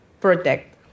protect